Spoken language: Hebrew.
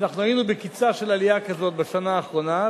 ואנחנו היינו בקפיצה של עלייה כזו בשנה האחרונה,